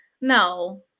no